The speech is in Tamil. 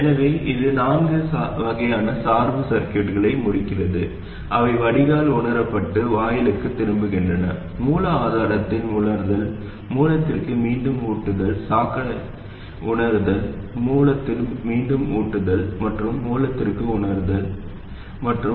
எனவே இது நான்கு வகையான சார்பு சர்கியூட்களை கொண்டிருக்கிறது அவை வடிகால் உணரப்பட்டு சோர்ஸிற்கு திரும்புகின்றன மூலாதாரத்தில் உணர்தல் மூலத்திற்கு மீண்டும் ஊட்டுதல் ட்ரைனில் உணர்தல் மற்றும் கேட்டிற்கு மீண்டும் பீட்பாக் அளித்தல் ஆகும்